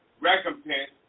recompense